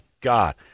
god